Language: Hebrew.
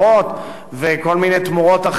אבל בשוק של 300 מיליון שקל,